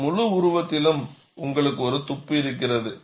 அந்த முழு உருவத்திலும் உங்களுக்கு ஒரு துப்பு இருக்கிறது